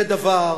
זה דבר,